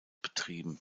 betrieben